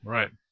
Right